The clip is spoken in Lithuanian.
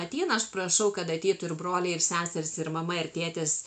ateina aš prašau kad ateitų ir broliai ir seserys ir mama ir tėtis